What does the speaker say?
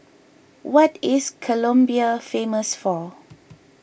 what is Colombia famous for